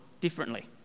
differently